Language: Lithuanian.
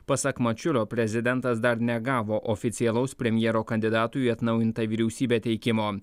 pasak mačiulio prezidentas dar negavo oficialaus premjero kandidatų į atnaujintą vyriausybę teikimo